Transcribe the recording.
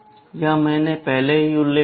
यह मैंने पहले ही उल्लेख किया है